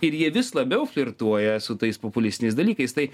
ir jie vis labiau flirtuoja su tais populistiniais dalykais tai